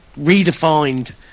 redefined